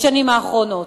בשנים האחרונות.